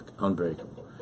Unbreakable